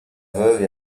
veuve